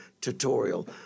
tutorial